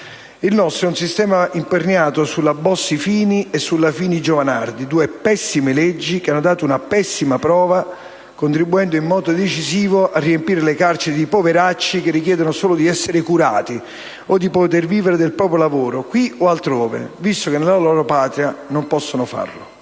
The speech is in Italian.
Il nostro è un sistema imperniato sulle cosiddette leggi Bossi-Fini e Fini-Giovanardi, due pessime leggi che hanno dato una pessima prova, contribuendo in modo decisivo a riempire le carceri di poveracci che chiedono solo di essere curati o di poter vivere del proprio lavoro, qui o altrove, visto che nella loro patria non possono farlo.